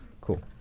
Cool